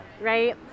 Right